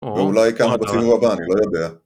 ואולי כמה בחינוך הבא, אני לא יודע.